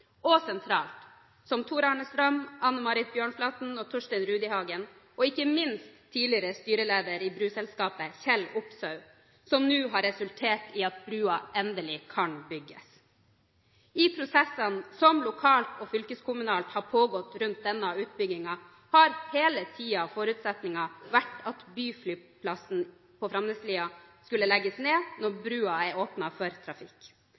og sentralt – som Tor Arne Strøm, Anne Marit Bjørnflaten, Torstein Rudihagen og ikke minst tidligere styreleder i bruselskapet, Kjell Opseth – som nå har resultert i at brua endelig kan bygges. I prosessene som lokalt og fylkeskommunalt har pågått rundt denne utbyggingen, har hele tiden forutsetningen vært at byflyplassen i Framneslia skal legges ned når brua er åpnet for trafikk.